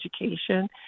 education